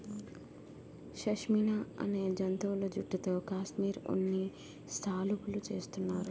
షష్మినా అనే జంతువుల జుట్టుతో కాశ్మిరీ ఉన్ని శాలువులు చేస్తున్నారు